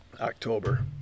October